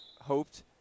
hoped